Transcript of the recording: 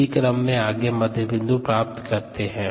इसी क्रम में आगे मध्य बिंदु प्राप्त करते है